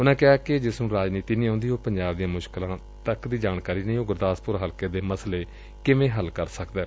ਉਨਾਂ ਕਿਹਾ ਕਿ ਜਿਸ ਨੂੰ ਰਾਜਨੀਤੀ ਨਹੀ ਆਉਂਦੀ ਅਤੇ ਪੰਜਾਬ ਦੀਆਂ ਮੁਸਕਿਲਾਂ ਤੱਕ ਦੀ ਜਾਣਕਾਰੀ ਨਹੀਂ ਉਹ ਗੁਰਦਾਸਪੁਰ ਹਲਕੇ ਦੇ ਮਸਲੇ ਕਿਵੇਂ ਹੱਲ ਕਰਵਾ ਸਕਦੈ